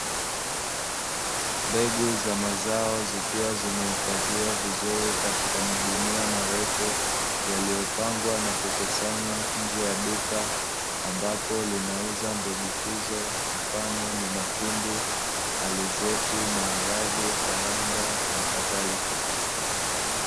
Mbegu za mazao zikiwa zimehifadhiwa vizuri katika magunia marefu, yaliyopangwa na kukusanywa nje ya duka ambapo linauza mbegu hizo; mfano ni mahindi, alizeti, maharage, karanga na kadhalika.